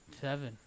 Seven